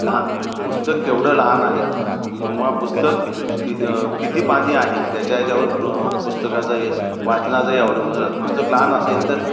लहान पुस्तक केवढं लहान आहे किंवा पुस्तक किं किती पानी आहे त्याच्या याच्यावर पुस्तकाचं हे वाचनाचंही अवलंबून राहतं पुस्तक लहान असेल तर